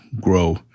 grow